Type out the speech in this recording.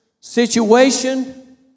situation